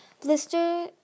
Blister